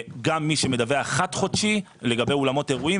גם מי שמדווח חד-חודשי לגבי אולמות אירועים,